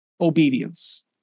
obedience